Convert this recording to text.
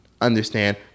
understand